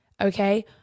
Okay